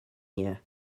here